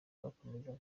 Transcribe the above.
bakomezaga